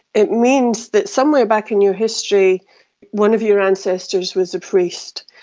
it means that somewhere back in your history one of your ancestors was a priest.